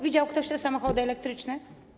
Widział ktoś te samochody elektryczne?